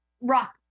rock